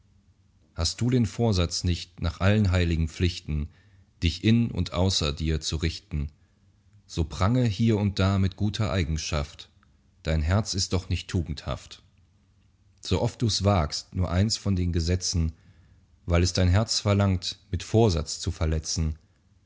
hast du den vorsatz nicht nach allen heilgen pflichten dich in und außer dir zu richten so prange hier und da mit guter eigenschaft dein herz ist doch nicht tugendhaft sooft dus wagst nur eins von den gesetzen weil es dein herz verlangt mit vorsatz zu verletzen